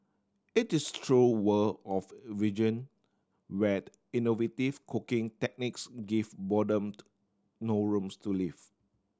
it is the true world of vegan where innovative cooking techniques give boredom no rooms to live